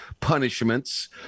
punishments